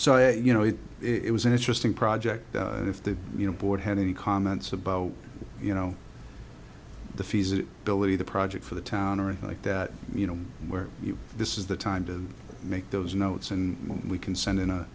you know if it was an interesting project and if the you know board had any comments about you know the fees it billy the project for the town or anything like that you know where this is the time to make those notes and we can send in a